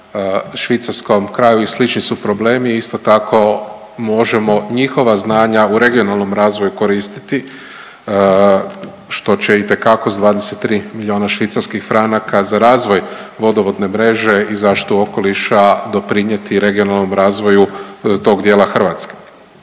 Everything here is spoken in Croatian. švicarskom kraju i slični su problemi i isto tako možemo njihova znanja u regionalnom razvoju koristiti što će itekako s 23 milijuna švicarskih franaka za razvoj vodovodne mreže i zaštitu okoliša doprinjeti regionalnom razvoju tog dijela Hrvatske.